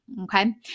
Okay